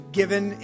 given